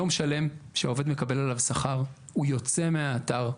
יום שלם שעובד מקבל עליו שכר הוא יוצא מהאתר,